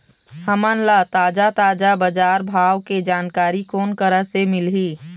हमन ला ताजा ताजा बजार भाव के जानकारी कोन करा से मिलही?